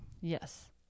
yes